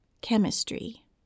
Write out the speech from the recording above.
Chemistry